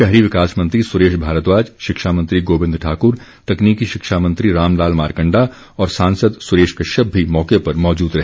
शहरी विकास मंत्री सुरेश भारद्वाज शिक्षा मंत्री गोबिन्द ठाक्र तकनीकी शिक्षा मंत्री रामलाल मारकण्डा और सांसद सुरेश कश्यप भी मौके पर मौजूद रहे